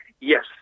yes